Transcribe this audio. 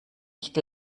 nicht